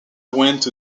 went